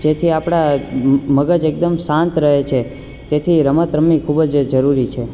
જેથી આપણ મગજ એકદમ શાંત રહે છે તેથી રમત રમવી ખૂબ જ જરૂરી છે